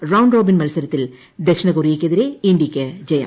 round robin മത്സരത്തിൽ ദക്ഷിണ കൊറിയക്കെതിരെ ഇന്തൃയ്ക്ക് ജയം